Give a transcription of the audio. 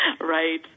Right